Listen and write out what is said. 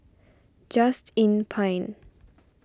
Just Inn Pine